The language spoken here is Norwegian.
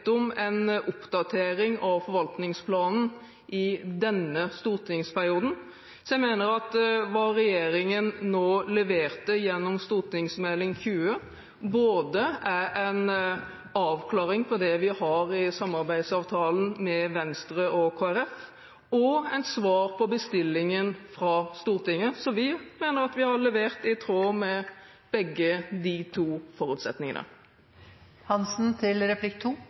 bedt om en oppdatering av forvaltningsplanen i denne stortingsperioden, så jeg mener at det som regjeringen nå har levert gjennom Meld. St. 20, er både en avklaring når det gjelder samarbeidsavtalen med Venstre og Kristelig Folkeparti, og et svar på bestillingen fra Stortinget. Så vi mener at vi har levert i tråd med begge de to